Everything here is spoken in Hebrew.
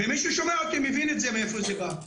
מי ששומע אותי מבין את זה מאיפה זה בא.